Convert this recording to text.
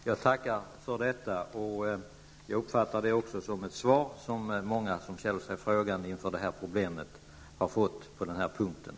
Herr talman! Jag tackar även för detta svar. Jag uppfattar det just såsom ett sådant besked som de som känner sig oroade i detta sammanhang vill ha.